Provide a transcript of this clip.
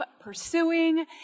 pursuing